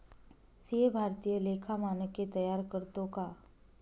CA भारतीय लेखा मानके तयार करतो का